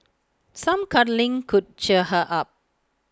some cuddling could cheer her up